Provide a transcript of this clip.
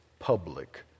public